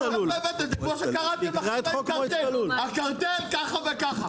הרבייה ------ הקרטל ככה וככה